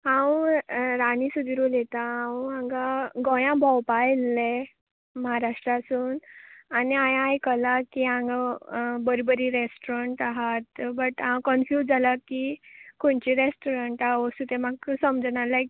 हांव राणी सुदीर उलयतां हांव हांगा गोंया भोंवपाक येल्लें महाराष्ट्रासून आनी हांवे आयकलां की हांगा बरी बरी रेस्ट्रोरंट आहात बट हांव कन्फूज जालां की खंयचें रेस्ट्रोरंटांत वचूं तें म्हाका समजना लायक